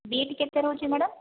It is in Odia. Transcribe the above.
ବିଟ କେତେ ରହୁଛି ମ୍ୟାଡ଼ାମ